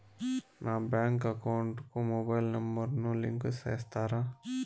నా bank account కు mobile number ను లింకు చేస్తారా?